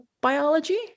biology